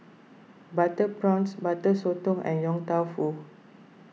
Butter Prawns Butter Sotong and Yong Tau Foo